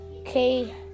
Okay